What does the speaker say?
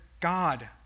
God